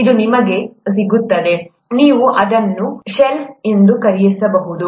ಇದು ನಿಮಗೆ ಸಿಗುತ್ತದೆ ನೀವು ಅದನ್ನು ಶೆಲ್ಫ್ ಇಂದ ಖರೀದಿಸಬಹುದು